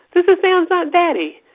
this is sam's aunt betty.